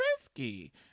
risky